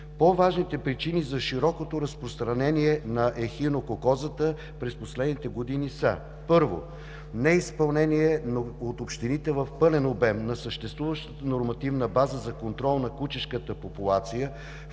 По-важните причини за широкото разпространение на ехинококозата през последните години са: първо, неизпълнение от общините в пълен обем на съществуващата нормативна база за контрол на кучешката популация,